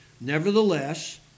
Nevertheless